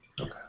Okay